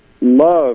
love